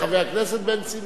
חבר הכנסת בן-סימון.